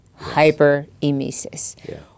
hyperemesis